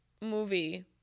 movie